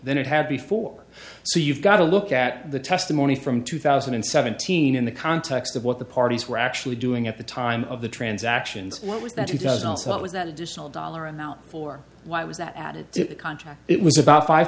than it had before so you've got to look at the testimony from two thousand and seventeen in the context of what the parties were actually doing at the time of the transactions what was that he does not what was that additional dollar amount for why was that added to the contract it was about five